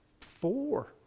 Four